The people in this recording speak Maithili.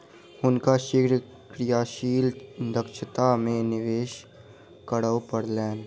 हुनका शीघ्र क्रियाशील दक्षता में निवेश करअ पड़लैन